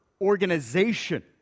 organization